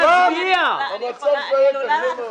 אני עלולה להחזיר.